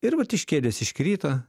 ir vat iš kėdės iškrito